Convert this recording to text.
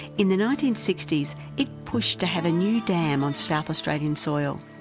in the nineteen sixty s it pushed to have a new dam on south australian soil.